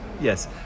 Yes